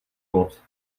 moc